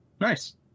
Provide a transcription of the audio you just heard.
Nice